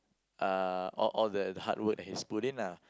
uh all all that hard work that he's put in lah